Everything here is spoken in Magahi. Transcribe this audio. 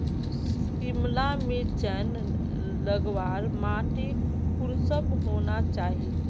सिमला मिर्चान लगवार माटी कुंसम होना चही?